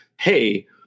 Hey